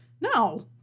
No